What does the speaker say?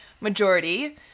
majority